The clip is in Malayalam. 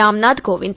രാംനാഥ് കോവിന്ദ്